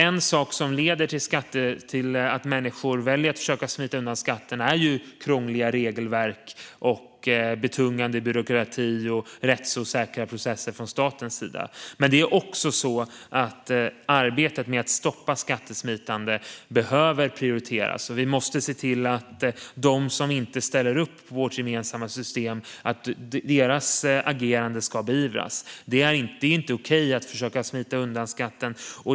En sak som leder till att människor väljer att försöka smita undan skatten är krångliga regelverk, betungande byråkrati och rättsosäkra processer från statens sida. Men arbetet med att stoppa skattesmitande behöver också prioriteras. Vi måste se till att agerandet hos dem som inte ställer upp på vårt gemensamma system beivras. Det är inte okej att försöka smita undan skatten.